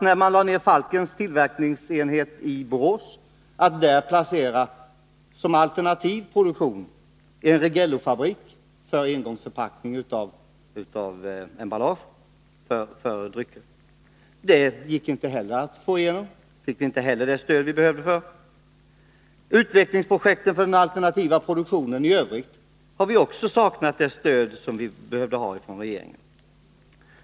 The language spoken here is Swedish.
När Falkens tillverkningsenhet i Borås lades ned försökte vi att där som alternativ produktion placera en Rigellofabrik för engångsförpackningar för drycker. Inte heller det förslaget gick att förverkliga. Vi fick inte det stöd vi behövde. Också när det gäller utvecklingsprojekten för den alternativa produktionen i övrigt har vi saknat det stöd som vi behövde från regeringen.